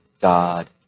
God